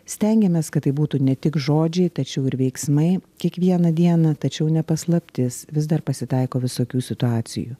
stengiamės kad tai būtų ne tik žodžiai tačiau ir veiksmai kiekvieną dieną tačiau ne paslaptis vis dar pasitaiko visokių situacijų